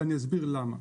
אני אסביר למה.